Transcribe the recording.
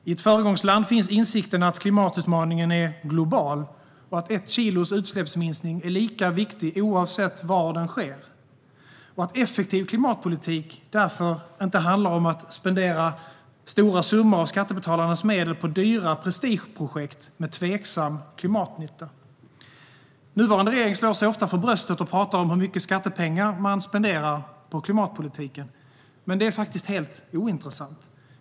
I ett föregångsland finns insikten att klimatutmaningen är global och att ett kilos utsläppsminskning är lika viktig oavsett var den sker - och att en effektiv klimatpolitik därför inte handlar om att spendera stora summor av skattebetalarnas medel på dyra prestigeprojekt med tveksam klimatnytta. Den nuvarande regeringen slår sig ofta för bröstet och talar om hur mycket skattepengar den spenderar på klimatpolitiken, men det är faktiskt helt ointressant.